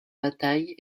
bataille